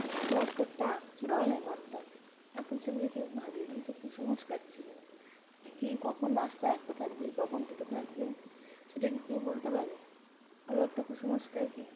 এই কুসংস্কারটা ছোটবেলায় মানতাম এখন সেগুলোকে ভাবিয়ে কিন্তু কুসংস্কার ছিল এক কি কখন রাস্তায় একটা থাকবে কখন দুটো থাকবে সেটা কি কেউ বলতে পারে আরও একটা কুসংস্কার কি